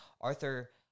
Arthur